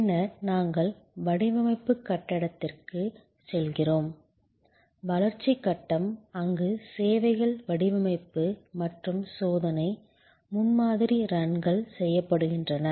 பின்னர் நாங்கள் வடிவமைப்பு கட்டத்திற்கு செல்கிறோம் வளர்ச்சி கட்டம் அங்கு சேவைகள் வடிவமைப்பு மற்றும் சோதனை முன்மாதிரி ரன்கள் செய்யப்படுகின்றன